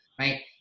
right